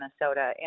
Minnesota